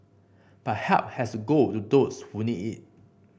but help has go to those who need it